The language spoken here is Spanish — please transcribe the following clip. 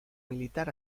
militar